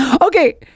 Okay